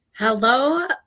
Hello